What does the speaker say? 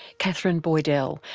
katherine boydell,